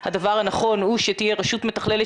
הדבר הנכון הוא שתהיה רשות מתכללת